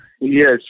Yes